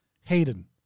Hayden